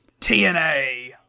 TNA